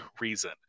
reason